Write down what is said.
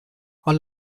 all